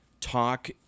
talk